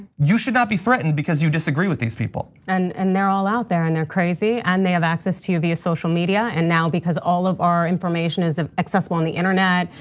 you should not be threatened because you disagree with these people. and and they're all out there and they're crazy and they have access to you via social media. and now because all of our information is accessible on the internet,